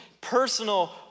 personal